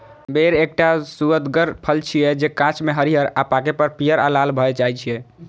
बेर एकटा सुअदगर फल छियै, जे कांच मे हरियर आ पाके पर पीयर आ लाल भए जाइ छै